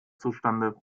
zustande